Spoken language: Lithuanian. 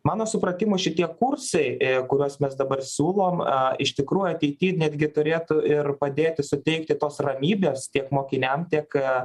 mano supratimu šitie kursai kuriuos mes dabar siūlom iš tikrųjų ateity ir netgi turėtų ir padėti suteikti tos ramybės tiek mokiniam tiek